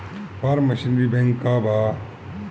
Form machinery bank का बा?